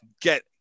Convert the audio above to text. get